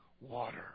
water